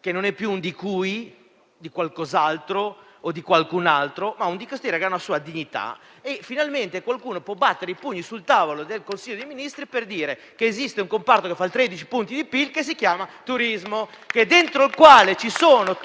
che non è più un di cui, di qualcos'altro o di qualcun altro, ma un Dicastero con una sua dignità: finalmente qualcuno può battere i pugni sul tavolo del Consiglio dei ministri per dire che esiste un comparto che fa 13 punti di PIL che si chiama turismo, all'interno del quale ci sono